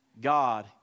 God